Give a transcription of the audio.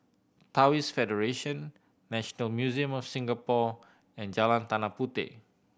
Taoist Federation National Museum of Singapore and Jalan Tanah Puteh